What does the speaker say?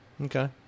Okay